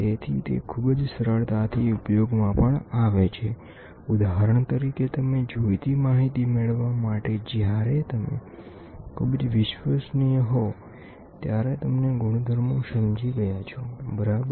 તેથી તે ખૂબ જ સરળતાથી ઉપયોગમાં પણ આવે છે ઉદાહરણ તરીકે તમે જોઈતી માહિતી મેળવવા માટે જ્યારે તમે ખૂબ જ વિશ્વસનીય હો ત્યારે તમને ગુણધર્મો સમજી ગયા છો બરાબર